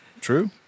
true